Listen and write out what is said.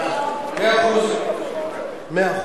מאה אחוז, מאה אחוז.